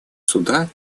суда